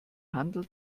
handel